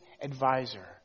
advisor